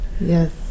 Yes